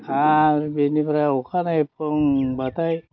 आरो बिनिफ्राय अखा नायब्रुंबाथाय